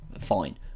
fine